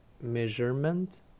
measurement